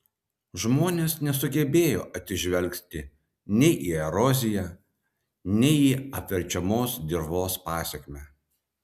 žmonės nesugebėjo atsižvelgti nei į eroziją nei į apverčiamos dirvos pasekmę